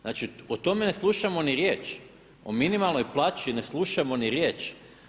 Znači o tome ne slušamo ni riječ, o minimalnoj plaći ne slušamo ni riječ.